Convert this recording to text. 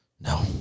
No